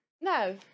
No